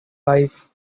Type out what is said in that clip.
life